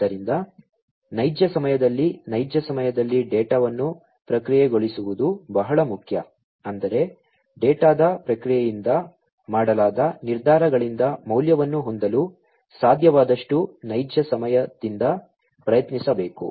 ಆದ್ದರಿಂದ ನೈಜ ಸಮಯದಲ್ಲಿ ನೈಜ ಸಮಯದಲ್ಲಿ ಡೇಟಾವನ್ನು ಪ್ರಕ್ರಿಯೆಗೊಳಿಸುವುದು ಬಹಳ ಮುಖ್ಯ ಅಂದರೆ ಡೇಟಾದ ಪ್ರಕ್ರಿಯೆಯಿಂದ ಮಾಡಲಾದ ನಿರ್ಧಾರಗಳಿಂದ ಮೌಲ್ಯವನ್ನು ಹೊಂದಲು ಸಾಧ್ಯವಾದಷ್ಟು ನೈಜ ಸಮಯ ದಿಂದ ಪ್ರಯತ್ನಿಸಬೇಕು